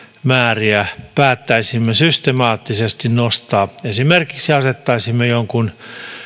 määriä päättäisimme systemaattisesti nostaa esimerkiksi asettaisimme jonkun